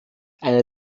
eine